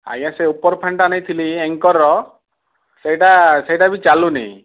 ଆଜ୍ଞା ସେ ଉପର ଫ୍ୟାନ୍ ଟା ନେଇଥିଲି ଏଙ୍କର୍ ର ସେଇଟା ସେଇଟା ବି ଚାଲୁନି